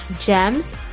GEMS